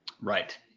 right